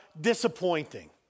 disappointing